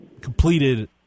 completed